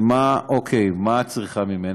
מה את צריכה ממני?